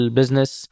business